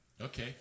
Okay